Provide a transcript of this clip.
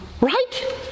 Right